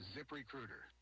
ZipRecruiter